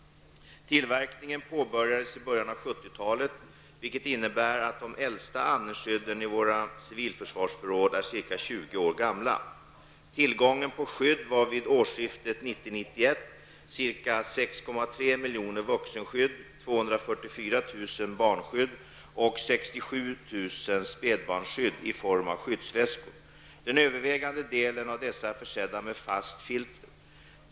Tillverkningen påbörjades i början av 70-talet, vilket innebär att de äldsta andningsskydden i våra civilförsvarsförråd är ca 20 år gamla. Tillgången på skydd var vid årsskiftet barnskydd och 67 000 spädbarnsskydd i form av skyddsväskor. Den övervägande delen av dessa är försedda med fast filter.